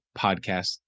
podcast